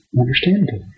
understandable